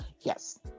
Yes